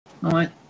right